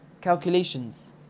calculations